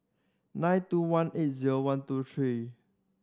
nine two one eight zero one two three